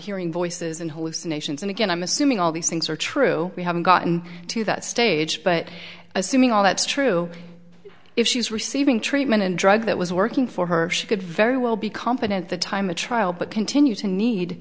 hearing voices and hallucinations and again i'm assuming all these things are true we haven't gotten to that stage but assuming all that's true if she's receiving treatment and drugs that was working for her she could very well be competent at the time of trial but continue to need